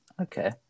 okay